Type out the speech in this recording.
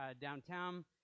downtown